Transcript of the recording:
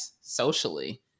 socially